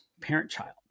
parent-child